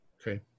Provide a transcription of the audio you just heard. okay